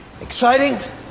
Exciting